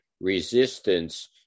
resistance